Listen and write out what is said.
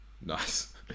nice